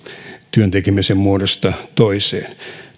työn tekemisen muodoista toiseen